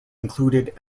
included